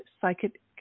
psychic